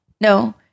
No